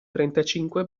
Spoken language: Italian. trentacinque